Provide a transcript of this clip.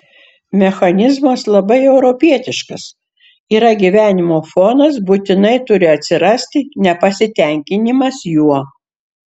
mechanizmas labai europietiškas yra gyvenimo fonas būtinai turi atsirasti nepasitenkinimas juo